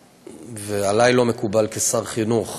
ועלי לא מקובל כשר החינוך